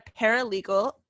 paralegal